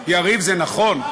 יריב, זה נכון.